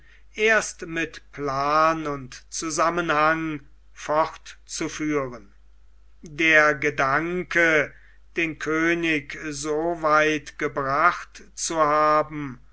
erst mit plan und zusammenhang fortzuführen der gedanke den könig so weit gebracht zu haben